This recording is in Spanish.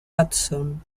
hudson